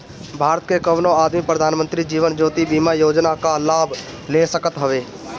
भारत के कवनो आदमी प्रधानमंत्री जीवन ज्योति बीमा योजना कअ लाभ ले सकत हवे